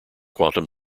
quantum